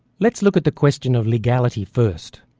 let's look at the question of legality first.